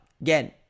Again